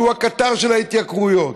שהוא הקטר של ההתייקרויות.